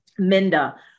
Minda